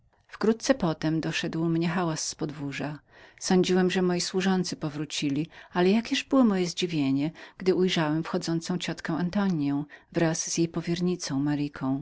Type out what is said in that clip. wkrótce potem doszedł mnie hałas z podwórza sądziłem że moi służący powrócili ale jakież było moje zadziwienie gdy ujrzałem wchodzącą moją ciotkę antonię